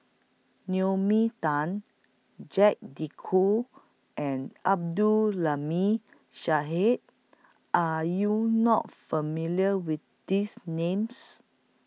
Naomi Tan Jacques De Coutre and Abdul Aleem Are YOU not familiar with These Names